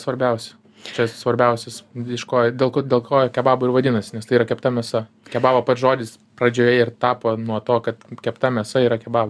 svarbiausia čia svarbiausias iš ko dėl ko dėl ko kebabu ir vadinasi nes tai yra kepta mėsa kebabo pats žodis pradžioje ir tapo nuo to kad kepta mėsa yra kebab